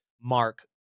Mark